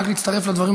רק להצטרף לדברים,